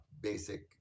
basic